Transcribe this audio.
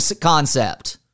concept